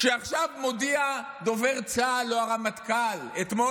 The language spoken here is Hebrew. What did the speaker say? כשעכשיו מודיע דובר צה"ל או הרמטכ"ל: אתמול